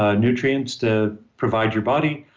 ah nutrients to provide your body.